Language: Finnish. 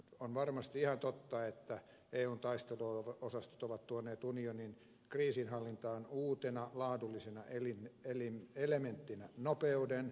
on varmasti ihan totta että eun taisteluosastot ovat tuoneet unionin kriisinhallintaan uutena laadullisena elementtinä nopeuden